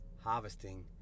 harvesting